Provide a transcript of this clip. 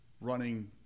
running